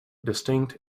distinct